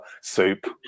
Soup